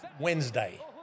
Wednesday